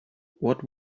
what